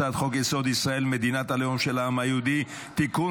הצעת חוק-יסוד: ישראל מדינת הלאום של העם היהודי (תיקון,